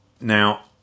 now